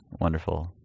wonderful